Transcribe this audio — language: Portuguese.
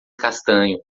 castanho